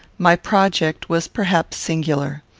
my project was perhaps singular.